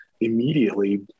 immediately